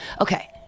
Okay